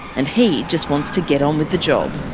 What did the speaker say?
and he just wants to get on with the job.